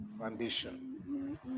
Foundation